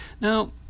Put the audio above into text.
Now